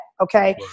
Okay